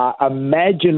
Imagine